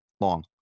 long